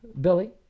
billy